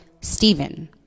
Stephen